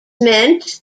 meant